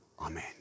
amen